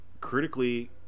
critically